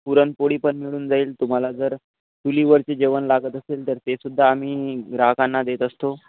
पुरणपोळी पण मिळून जाईल तुम्हाला जर चुलीवरचे जेवण लागत असेल तर तेसुद्धा आम्ही ग्राहकांना देत असतो